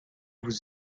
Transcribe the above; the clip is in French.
vous